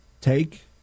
Take